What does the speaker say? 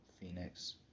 Phoenix